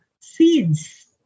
seeds